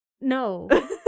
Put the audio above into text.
no